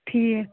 ٹھیٖک